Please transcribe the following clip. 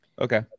okay